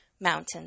mountains